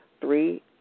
three